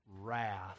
wrath